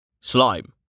Slime